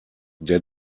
der